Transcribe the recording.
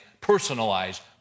personalized